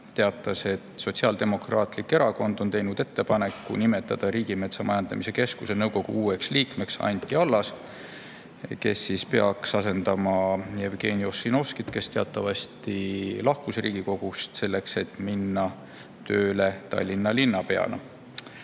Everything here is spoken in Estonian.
teatas, et Sotsiaaldemokraatlik Erakond on teinud ettepaneku nimetada Riigimetsa Majandamise Keskuse nõukogu uueks liikmeks Anti Allas, kes peaks asendama Jevgeni Ossinovskit, kes teatavasti lahkus Riigikogust selleks, et hakata tööle Tallinna linnapeana.